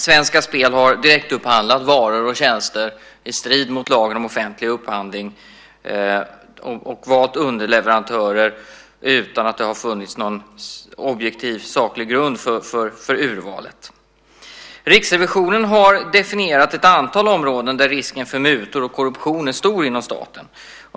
Svenska spel har direktupphandlat varor och tjänster i strid mot lagen om offentlig upphandling och varit underleverantörer utan att det har funnits någon objektiv saklig grund för urvalet. Riksrevisionen har definierat ett antal områden där risken för mutor och korruption är stor inom staten.